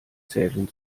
zählen